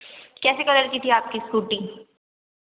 कैसे कलर की थी आपकी स्कूटी